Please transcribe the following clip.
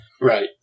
Right